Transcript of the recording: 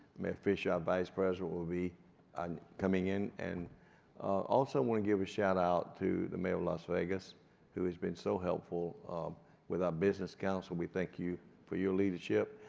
mayor fischer our vice president will be um coming in and also i wanna give a shout-out to the mayor of las vegas who has been so helpful with our business council. we thank you for your leadership,